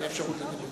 את אפשרות הדיבור.